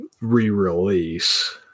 re-release